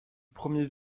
premier